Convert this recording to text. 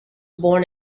born